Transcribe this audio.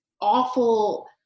awful